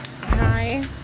Hi